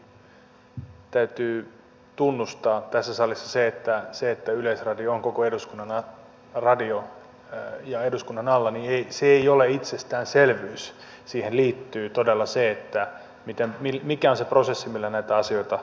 ensinnäkin täytyy tunnustaa tässä salissa se että se että yleisradio on koko eduskunnan radio ja eduskunnan alla ei ole itsestäänselvyys siihen liittyy todella se mikä on se prosessi millä näitä asioita käsitellään